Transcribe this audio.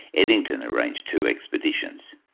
eddington arranged two expeditions.